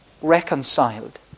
reconciled